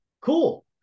cool